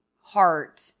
heart